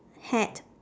hat